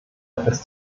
ist